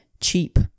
cheap